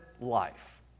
life